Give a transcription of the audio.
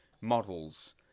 models